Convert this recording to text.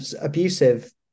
abusive